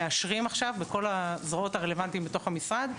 מאשרים עכשיו בכל הזרועות הרלוונטיים בתוך המשרד,